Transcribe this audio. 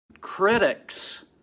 Critics